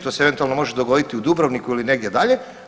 To se eventualno može dogoditi u Dubrovniku ili negdje dalje.